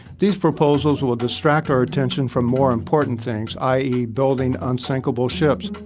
these proposals will distract our attention from more important things i e. building unsinkable ships.